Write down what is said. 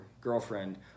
girlfriend